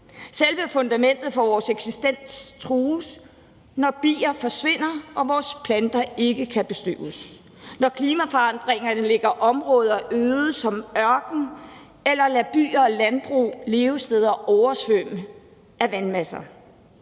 Selve fundamentet for vores eksistens trues, når bier forsvinder og vores planter ikke kan bestøves, og når klimaforandringerne lægger områder øde som ørken eller lader byer og landbrug og levesteder oversvømme af vandmasser.